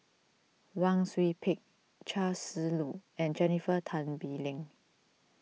Wang Sui Pick Chia Shi Lu and Jennifer Tan Bee Leng